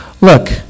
Look